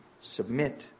Submit